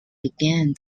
began